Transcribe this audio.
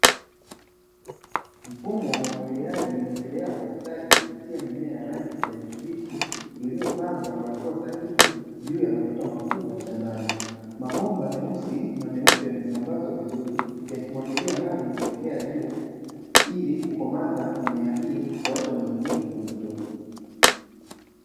Mfumo wa umwagiliaji unaendelea kwa ustadi kupitia mimea ya kijani kibichi iliyopandwa kwa hatua sahihi juu ya matuta makubwa shambani, mabomba meusi na meupe yamesambazwa vizuri yakimwagilia maji kutokea juu, ili kukomaza mimea hii kwa kuacha unyevunyevu kwenye udongo.